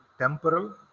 temporal